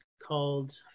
called